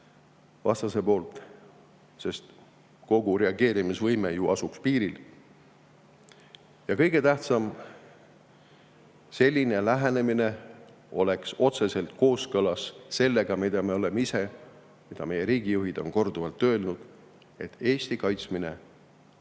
ahvatlevaks, sest kogu reageerimisvõime asuks ju piiril. Ja kõige tähtsam, selline lähenemine oleks otseselt kooskõlas sellega, mida me oleme ise ja mida meie riigijuhid on korduvalt öelnud: Eesti kaitsmine